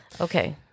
okay